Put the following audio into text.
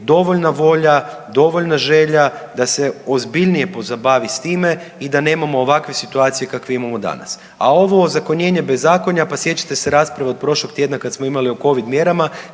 dovoljna volja, dovoljna želja da se ozbiljnije pozabavi s time i da nemamo ovakve situacije kakve imamo danas. A ovo ozakonjenje bezakonja, pa sjećate se rasprave od prošlog tjedna kad smo imali o covid mjerama,